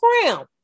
crown